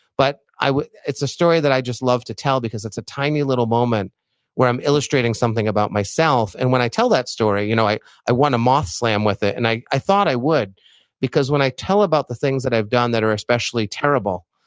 but it's a story that i just love to tell because it's a tiny little moment where i'm illustrating something about myself and when i tell that story, you know i i won a moth slam with it, and i i thought i would because when i tell about the things that i've done that are especially terrible,